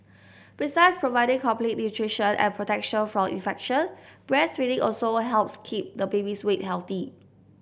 besides providing complete nutrition and protection from infection breastfeeding also helps keep the baby's weight healthy